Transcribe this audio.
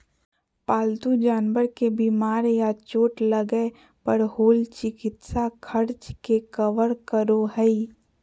पालतू जानवर के बीमार या चोट लगय पर होल चिकित्सा खर्च के कवर करो हइ